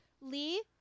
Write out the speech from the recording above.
Lee